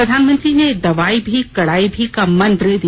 प्रधानमंत्री ने दवाई भी कड़ाई भी का मंत्र दिया